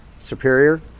Superior